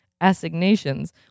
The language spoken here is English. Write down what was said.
assignations